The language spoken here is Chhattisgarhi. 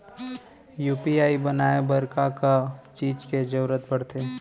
यू.पी.आई बनाए बर का का चीज के जरवत पड़थे?